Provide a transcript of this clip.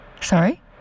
Sorry